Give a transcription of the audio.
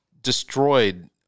destroyed